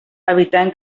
evitant